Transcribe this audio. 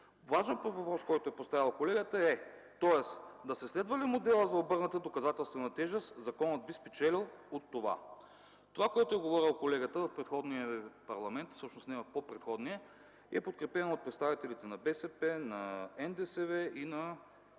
Важен въпрос, който е поставил колегата, е: „Тоест, да се следва ли моделът за обърнатата доказателствена тежест? Законът би спечелил от това.” Това, което е говорил колегата в предходния парламент, всъщност – не, в по-предходния, е подкрепено от представителите на БСП, на НДСВ и на